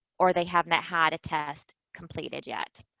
or they haven't had a test completed yet.